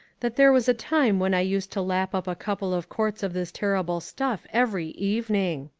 that there was a time when i used to lap up a couple of quarts of this terrible stuff every evening.